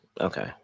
Okay